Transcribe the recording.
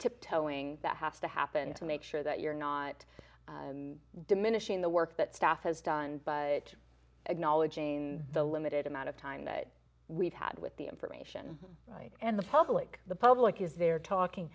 tiptoeing that has to happen to make sure that you're not diminishing the work that staff has done but again all again the limited amount of time that we've had with the information right and the public the public is there talking